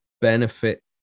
benefit